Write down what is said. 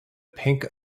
pink